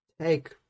take